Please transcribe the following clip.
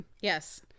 Yes